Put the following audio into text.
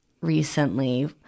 recently